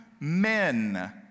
men